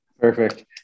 Perfect